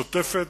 השוטפת,